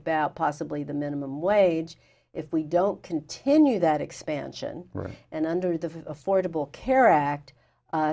about possibly the minimum wage if we don't continue that expansion and under the affordable care act